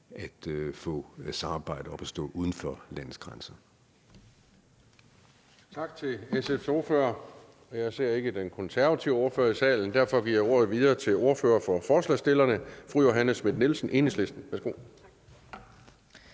at få samarbejdet op at stå uden for landets grænser.